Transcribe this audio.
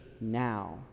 now